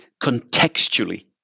contextually